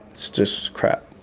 it's just crap.